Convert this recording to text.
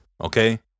Okay